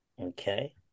Okay